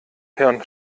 hirn